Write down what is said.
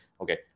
okay